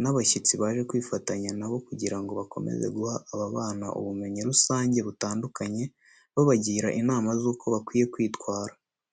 n'abashyitsi baje kwifatanya na bo kugira ngo bakomeze guha aba bana ubumenyi rusange butandukanye, babagira inama z'uko bakwiye kwitwara.